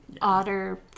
otter